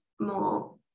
more